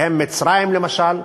בהן מצרים למשל,